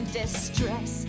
distress